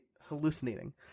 hallucinating